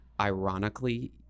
ironically